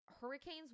hurricanes